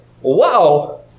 Wow